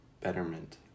betterment